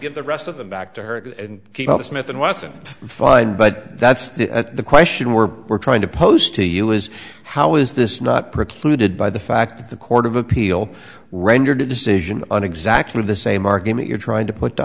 give the rest of them back to her and keep the smith and wesson fine but that's the question we're we're trying to pose to you is how is this not precluded by the fact that the court of appeal rendered a decision on exactly the same argument you're trying to put to